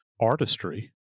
artistry